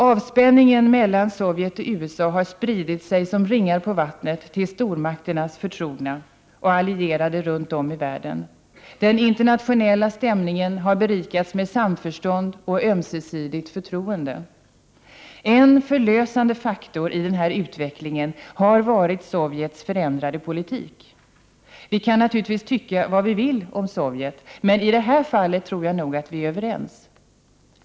Avspänningen mellan Sovjet och USA har spridit sig som ringar på vattnet till stormakternas förtrogna och allierade runt om i världen. Den internationella stämningen har berikats med samförstånd och ömsesidigt förtroende. En förlösande faktor i den här utvecklingen har varit Sovjets förändrade politik. Vi kan naturligtvis tycka vad vi vill om Sovjet, men i det här fallet tror jag nog att vi är överens.